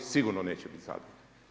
Sigurno neće biti zadovoljni.